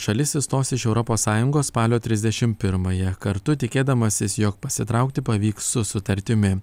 šalis išstos iš europos sąjungos spalio trisdešim pirmąją kartu tikėdamasis jog pasitraukti pavyks su sutartimi